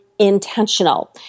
Intentional